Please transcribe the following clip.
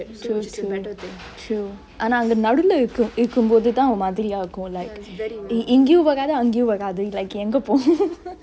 true true true ஆனா அந்த நடுவுல இருக்கு இருக்கும்போதுதா ஒரு மாதிரியா இருக்கு:aana anthe naduvule irukku irukkumpothuthaa oru maathiriyaa irukku like இங்கயு வராது அங்கயு வராது:inggeyu varaathu anggeyu varaathu like எங்க போனோ:engge pono